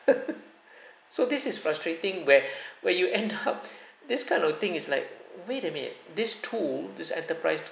so this is frustrating where where you end up this kind of thing is like wait a minute this tool this enterprise tool